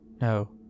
No